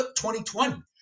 2020